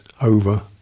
over